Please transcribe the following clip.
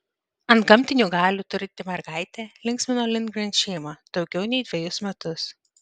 antgamtinių galių turinti mergaitė linksmino lindgren šeimą daugiau nei dvejus metus